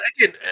again